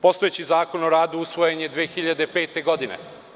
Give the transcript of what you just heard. Postojeći zakon o radu usvojen je 2005. godine.